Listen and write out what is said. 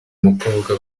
mukobwa